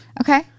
okay